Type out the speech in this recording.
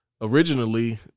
originally